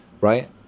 Right